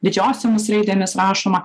didžiosiomis raidėmis rašoma